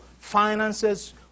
finances